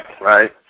right